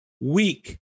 Weak